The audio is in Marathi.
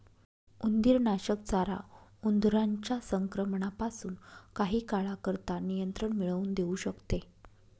उंदीरनाशक चारा उंदरांच्या संक्रमणापासून काही काळाकरता नियंत्रण मिळवून देऊ शकते